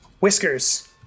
Whiskers